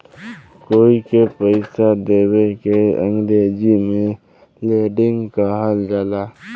कोई के पइसा देवे के अंग्रेजी में लेंडिग कहल जाला